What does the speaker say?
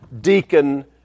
deacon